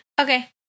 Okay